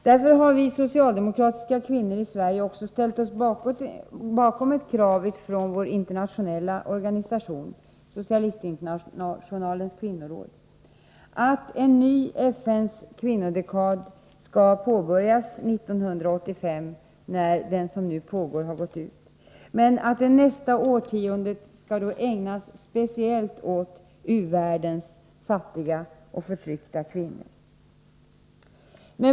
Därför har vi socialdemokratiska kvinnor i Sverige ställt oss bakom ett krav från vår internationella organisation, Socialistinternationalens kvinnoråd, att en ny FN:s kvinnodekad skall påbörjas 1985, när den nuvarande har gått ut. Men det nästa årtiondet skall ägnas speciellt åt u-världens fattiga och förtryckta kvinnor.